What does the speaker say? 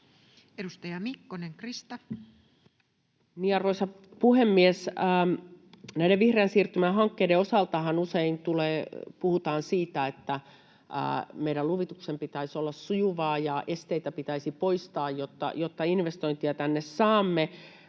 Edustaja Mikkonen, Krista. Arvoisa puhemies! Näiden vihreän siirtymän hankkeiden osaltahan usein puhutaan siitä, että meidän luvituksen pitäisi olla sujuvaa ja esteitä pitäisi poistaa, jotta investointeja tänne saamme.